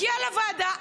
הגיע לוועדה,